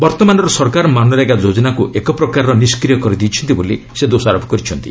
ବର୍ତ୍ତମାନର ସରକାର ମନରେଗା ଯୋଜନାକୁ ଏକ ପ୍ରକାରର ନିଷ୍କ୍ରିୟ କରି ଦେଇଛନ୍ତି ବୋଲି ସେ ଦୋଷାରୋପ କରିଛନ୍ତି